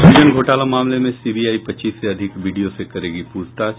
सूजन घोटाला मामले में सीबीआई पच्चीस से अधिक बीडीओ से करेगी पूछताछ